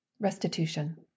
Restitution